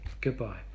Goodbye